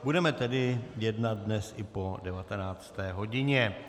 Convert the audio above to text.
Budeme tedy jednat dnes i po 19. hodině.